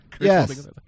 Yes